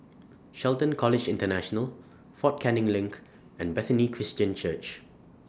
Shelton College International Fort Canning LINK and Bethany Christian Church